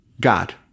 God